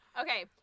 Okay